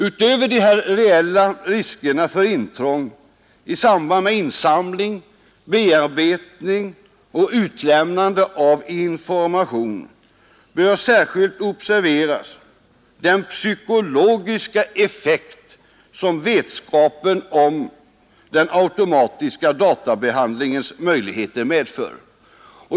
Utöver dessa reella risker för intrång i samband med insamling, bearbetning och utlämnande av information bör särskilt observeras den psykologiska effekt som vetskapen om den automatiska databehandlingens möjligheter medför.